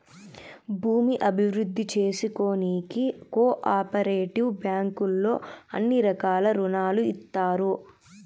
భూమి అభివృద్ధి చేసుకోనీకి కో ఆపరేటివ్ బ్యాంకుల్లో అన్ని రకాల రుణాలు ఇత్తారు